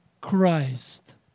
Christ